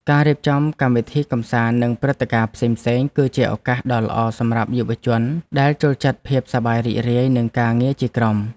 ការរៀបចំកម្មវិធីកម្សាន្តនិងព្រឹត្តិការណ៍ផ្សេងៗ គឺជាឱកាសដ៏ល្អសម្រាប់យុវជនដែលចូលចិត្តភាពសប្បាយរីករាយនិងការងារជាក្រុម។